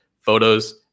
photos